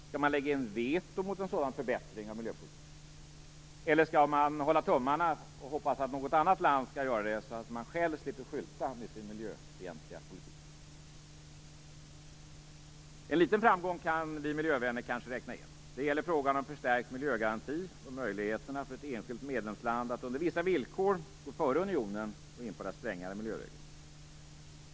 Skall man lägga in veto mot en sådan förbättring av miljöpolitiken, eller skall man hålla tummarna och hoppas att något annat land skall göra det, så att man själv slipper skylta med sin miljöfientliga politik? En liten framgång kan vi miljövänner kanske räkna in. Det gäller frågan om förstärkt miljögaranti och möjligheterna för ett enskilt medlemsland att under vissa villkor gå före unionen och införa strängare miljöregler.